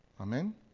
Amen